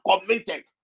committed